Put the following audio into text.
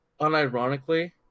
unironically